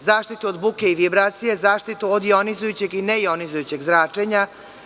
zaštitu od buke i vibracije, zaštitu od jonizujućeg i nejonizujućeg zračenja,